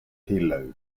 hilo